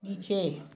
नीचे